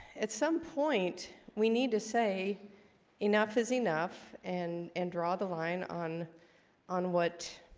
at some point we need to say enough is enough and and draw the line on on what